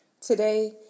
Today